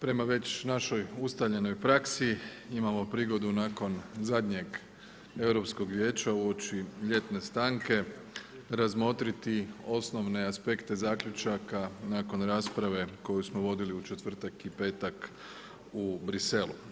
Prema već našoj ustaljenoj praksi imamo prigodu nakon zadnjeg Europskog vijeća uoči ljetne stanke razmotriti osnovne aspekte zaključaka nakon rasprave koju smo vodili u četvrtak i petak u Briselu.